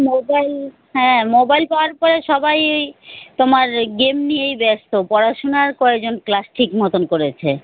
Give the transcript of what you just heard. mobile হ্যাঁ mobile পাওয়ার পরে সবাইই তোমার গেম নিয়েই ব্যস্ত পড়াশুনা আর কয়জন ক্লাস ঠিক মতন করেছে